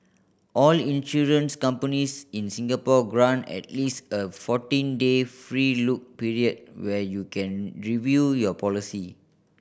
all insurance companies in Singapore grant at least a fourteen day free look period where you can review your policy